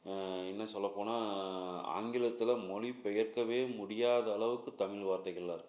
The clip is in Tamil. இன்னும் சொல்லப்போனால் ஆங்கிலத்தில் மொழிபெயர்க்கவே முடியாத அளவுக்கு தமிழ் வார்த்தைகள்லாம் இருக்கு